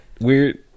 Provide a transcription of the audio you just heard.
weird